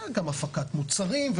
וגם הפקת מוצרים,